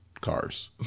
cars